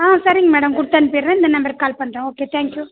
ஆ சரிங்க மேடம் கொடுத்தனுப்பிட்றேன் இந்த நம்பருக்கு கால் பண்ணுறேன் ஓகே தேங்க் யூ